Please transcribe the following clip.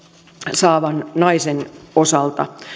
saavan naisen osalta